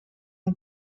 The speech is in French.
ont